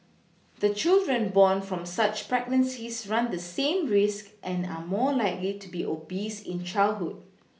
the children born from such pregnancies run the same risk and are more likely to be obese in childhood